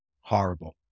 horrible